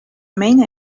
main